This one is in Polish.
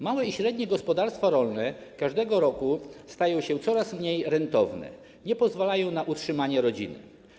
Małe i średnie gospodarstwa rolne każdego roku stają się coraz mniej rentowne, nie pozwalają na utrzymanie rodziny.